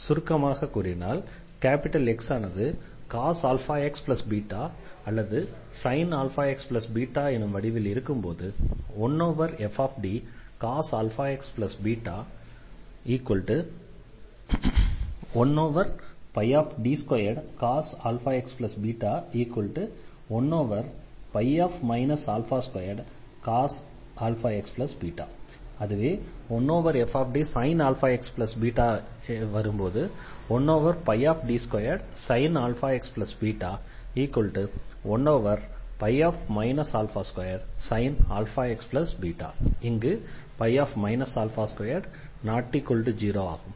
எனவே சுருக்கமாக கூறினால் X ஆனது cos αxβ அல்லது sinαxβ வடிவில் இருக்கும்போது 1fDcos αxβ 1D2cos αxβ 1 α2cos αxβ 1fDsin αxβ 1D2sin αxβ 1 α2sin αxβ இங்கு 2≠0ஆகும்